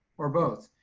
or both?